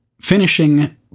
finishing